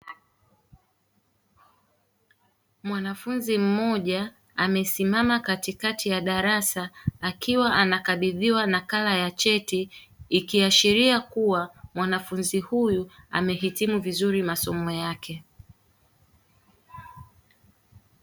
Mwanafunzi mmoja amesimama katikati ya darasa akiwa anakabidhiwa nakala ya cheti, ikiashiria kuwa mwanafunzi huyu amehitimu vizuri masomo yake.